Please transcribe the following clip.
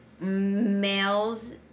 males